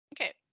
Okay